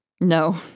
No